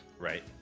Right